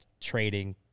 trading